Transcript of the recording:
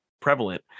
prevalent